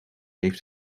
heeft